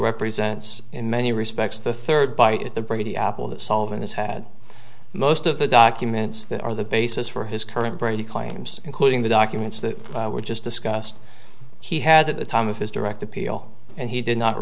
represents in many respects the third by if the brady apple that solving this had most of the documents that are the basis for his current brady claims including the documents that were just discussed he had at the time of his direct appeal and he did not